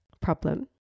problem